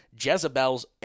Jezebel's